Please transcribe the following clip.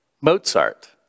Mozart